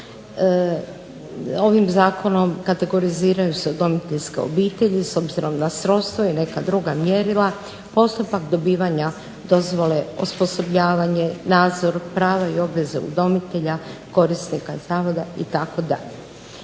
ovim Zakonom kategoriziraju se udomiteljske obitelj s obzirom na srodstvo i neka druga mjerila, postupak dobivanja dozvole, osposobljavanje, nadzor, prava i obveze udomitelja, korisnika zavoda itd.